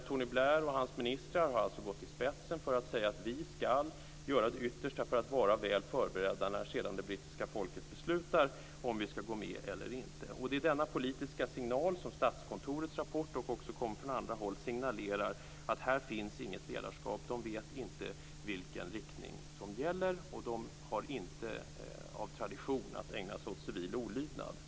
Tony Blair och hans ministrar har gått i spetsen för att säga att de skall göra deras yttersta för att vara väl förberedda när det brittiska folket sedan beslutar om landet skall gå med eller inte. Statskontorets rapport - och från andra håll - signalerar att det inte finns något ledarskap. De vet inte vilken riktning som gäller. De har inte av tradition att ägna sig åt civil olydnad.